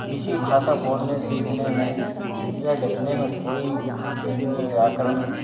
इसी भाषा बोलने सीखने में या लिखने में कोई हिन्दी व्याकरण